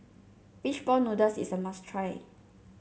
fish ball noodles is a must try